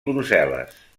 brussel·les